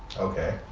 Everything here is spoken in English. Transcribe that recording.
okay.